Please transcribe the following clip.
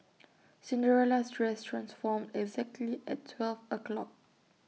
Cinderella's dress transformed exactly at twelve o'clock